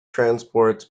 transports